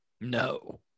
No